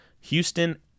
Houston